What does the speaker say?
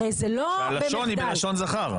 הרי זה לא במחדל --- שהלשון היא בלשון זכר.